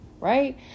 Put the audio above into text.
right